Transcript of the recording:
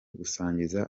gusangiza